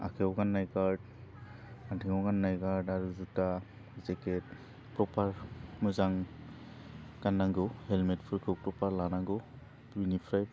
आखाइयाव गाननाय गार्ड आथिङाव गाननाय गार्ड आरो जुथा जेकेट प्रपार मोजां गाननांगौ हेलमेटफोरखौ प्रपार लानांगौ बिनिफ्राय